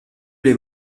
les